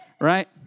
Right